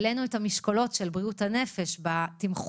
העלינו את המשקולות של בריאות הנפש בתמחור.